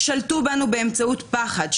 שלטו בנו באמצעות פחד,